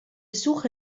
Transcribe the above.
suche